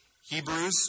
Hebrews